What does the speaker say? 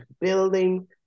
building